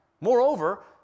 Moreover